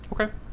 Okay